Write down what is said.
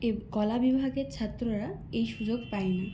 এ কলা বিভাগের ছাত্ররা এই সুযোগ পাইনি